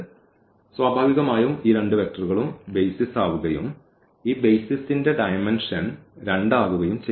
അതിനാൽ സ്വാഭാവികമായും ഈ രണ്ട് വെക്റ്ററുകളും ബെയ്സിസ് ആവുകയും ഈ ബെയ്സിസ്ന്റെ ഡയമെൻഷൻ രണ്ട് ആകുകയും ചെയ്യും